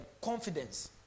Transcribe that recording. confidence